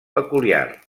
peculiar